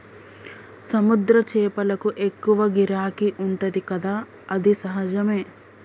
సముద్ర చేపలకు ఎక్కువ గిరాకీ ఉంటది కదా అది సహజమే